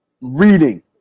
reading